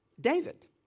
David